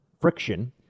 friction